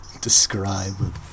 Describe